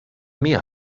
mehr